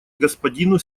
господину